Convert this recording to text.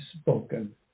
spoken